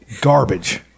Garbage